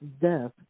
death